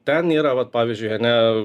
ten yra vat pavyzdžiui ane